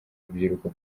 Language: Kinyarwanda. rubyiruko